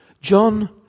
John